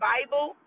Bible